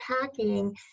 packing